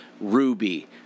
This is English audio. Ruby